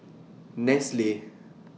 Nestle